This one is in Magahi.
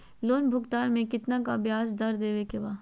लोन भुगतान में कितना का ब्याज दर देवें के बा?